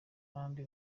kandi